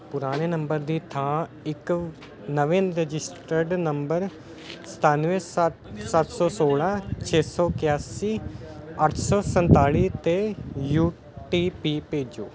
ਪੁਰਾਣੇ ਨੰਬਰ ਦੀ ਥਾਂ ਇੱਕ ਨਵੇਂ ਰਜਿਸਟਰਡ ਨੰਬਰ ਸਤਾਨਵੇਂ ਸੱਤ ਸੱਤ ਸੌ ਸੌਲ੍ਹਾਂ ਛੇ ਸੌ ਇਕਿਆਸੀ ਅੱਠ ਸੌ ਸੰਤਾਲੀ 'ਤੇ ਯੂ ਟੀ ਪੀ ਭੇਜੋ